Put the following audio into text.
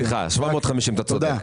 סליחה, אתה צודק.